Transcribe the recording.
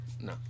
No